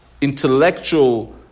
intellectual